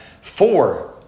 four